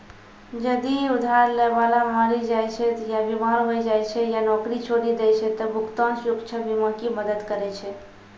जदि उधार लै बाला मरि जाय छै या बीमार होय जाय छै या नौकरी छोड़ि दै छै त भुगतान सुरक्षा बीमा ही मदद करै छै